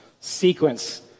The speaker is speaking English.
sequence